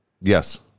Yes